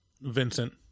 Vincent